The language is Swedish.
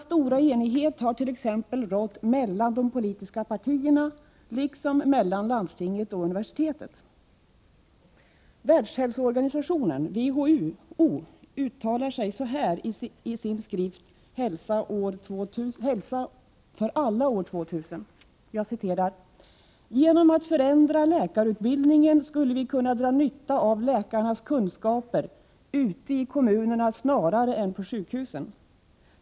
Stor enighet har t.ex. rått mellan de politiska partierna liksom mellan landstinget och universitetet. Världshälsoorganisationen, WHO, uttalar sig så här i sin skrift Hälsa för alla år 2000: ”Genom att förändra läkarutbildningen skulle vi kunna dra nytta av läkarnas kunskaper ute i kommunerna snarare än på sjukhusen.